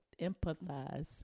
empathize